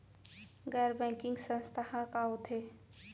गैर बैंकिंग संस्था ह का होथे?